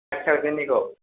five थावजेननिखौ